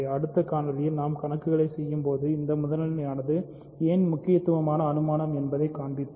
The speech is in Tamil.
அடுத்த காணொளியில் நான் கணக்குகளைச் செய்யும்போது இந்த முதல்நிலையானது ஏன் முக்கியமான அனுமானம் என்பதைக் காண்பிப்பேன்